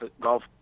golf